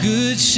Good